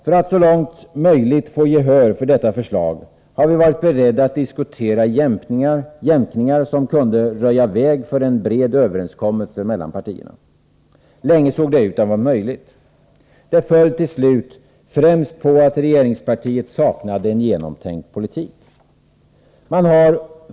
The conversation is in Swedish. För att så långt möjligt få gehör för detta förslag har vi varit beredda att diskutera jämkningar som kunde röja väg för en bred överenskommelse mellan partierna. Länge såg det ut att vara möjligt. Det föll till slut främst på att regeringspartiet saknade en genomtänkt politik.